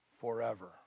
forever